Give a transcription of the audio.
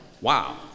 wow